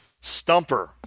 Stumper